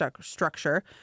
structure